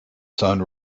sun